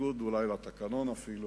בניגוד אולי לתקנון אפילו,